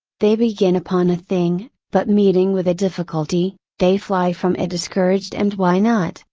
they begin upon a thing, but meeting with a difficulty, they fly from it discouraged and why not,